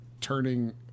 turning